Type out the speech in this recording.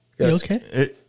okay